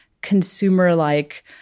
consumer-like